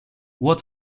what